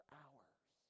hours